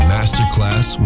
Masterclass